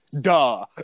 duh